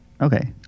okay